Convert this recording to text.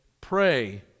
Pray